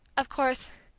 of course,